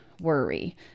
worry